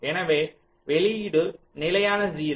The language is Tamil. எனவே வெளியீடு நிலையான 0